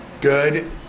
good